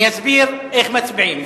אני אסביר איך מצביעים.